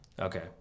Okay